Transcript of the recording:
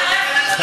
ולכן,